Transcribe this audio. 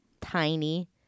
tiny-